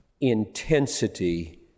intensity